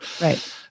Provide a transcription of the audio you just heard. right